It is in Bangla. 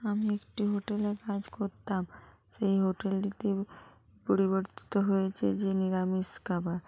আমি একটি হোটেলে কাজ করতাম সেই হোটেলটিতে পরিবর্তিত হয়েছে যে নিরামিষ খাবার